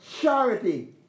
charity